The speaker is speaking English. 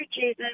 Jesus